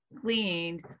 cleaned